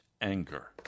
anger